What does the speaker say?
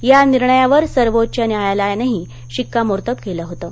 या निर्णयावर सर्वोच्च न्यायालयानंही शिक्का मोर्तब केलं होतं